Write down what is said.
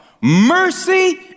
Mercy